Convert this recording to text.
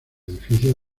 edificios